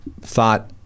thought